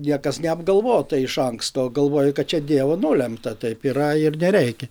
niekas neapgalvota iš anksto galvojo kad čia dievo nulemta taip yra ir nereikia